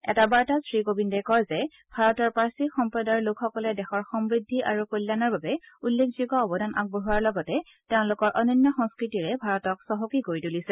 এটা বাৰ্তাত শ্ৰীকোবিন্দে কয় যে ভাৰতৰ পাৰ্চী সম্প্ৰদায়ৰ লোকসকলে দেশৰ সমূদ্ধি আৰু কল্যাণৰ বাবে উল্লেখযোগ্য অৱদান আগবঢ়োৱাৰ লগতে তেওঁলোকৰ অনন্য সংস্কৃতিৰে ভাৰতক চহকী কৰি তুলিছে